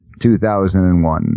2001